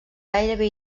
gairebé